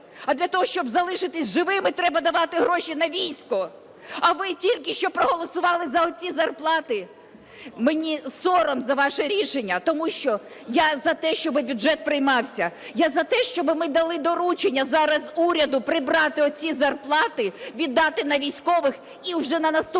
а для того, щоб залишитися живими, треба давати гроші на військо. А ви тільки що проголосували за оці зарплати? Мені сором за ваше рішення, тому що я за те, щоби бюджет приймався, я за те, щоби ми дали доручення зараз уряду прибрати оці зарплати, віддати на вій ськових і вже на наступному